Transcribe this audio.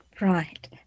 Right